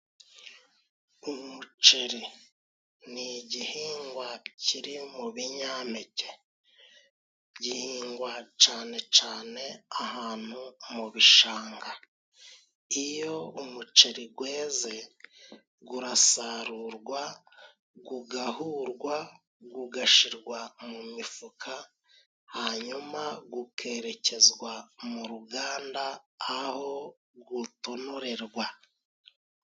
Umuceri ni igihingwa kiri mu binyampeke gihingwa cane cane ahantu mu bishanga, iyo umuceri gweze gurasarurwa gugahurwa gugashirwa mu mifuka hanyuma gukerekezwa mu ruganda aho gutonorerwa.